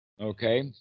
Okay